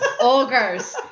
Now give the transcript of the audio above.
ogres